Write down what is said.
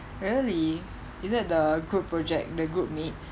really is that the group project the group mate